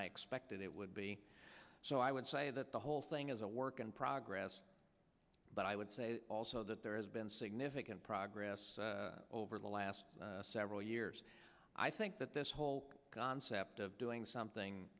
i expected it would be so i would say that the whole thing is a work in progress but i would say also that there has been significant progress over the last several years i think that this whole concept of doing something